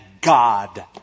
God